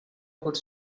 could